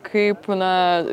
kaip na